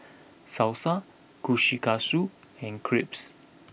Salsa Kushikatsu and Crepes